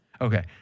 Okay